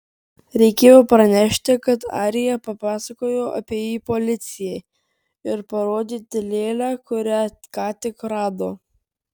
reikėjo pranešti kad arija papasakojo apie jį policijai ir parodyti lėlę kurią ką tik rado